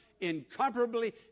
incomparably